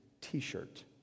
T-shirt